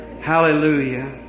Hallelujah